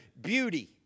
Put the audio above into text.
beauty